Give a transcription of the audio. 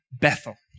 Bethel